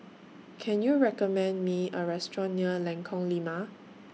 Can YOU recommend Me A Restaurant near Lengkong Lima